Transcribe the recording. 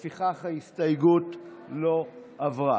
לפיכך, ההסתייגות לא עברה.